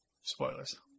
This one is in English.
Spoilers